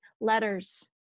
letters